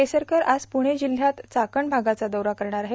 केसरकर आज प्रणे जिल्ह्यात चाकण भागाचा दौरा करणार आहेत